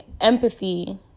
empathy